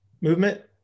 movement